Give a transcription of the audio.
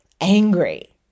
angry